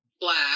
black